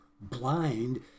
blind